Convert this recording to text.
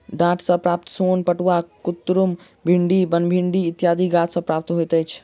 डांट सॅ प्राप्त सोन पटुआ, कुतरुम, भिंडी, बनभिंडी इत्यादि गाछ सॅ प्राप्त होइत छै